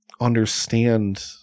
understand